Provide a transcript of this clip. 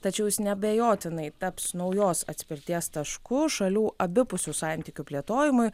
tačiau jis neabejotinai taps naujos atspirties tašku šalių abipusių santykių plėtojimui